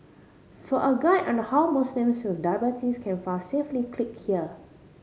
for a guide on how Muslims with diabetes can fast safely click here